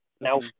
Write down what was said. Now